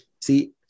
see